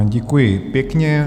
Děkuji pěkně.